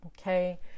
Okay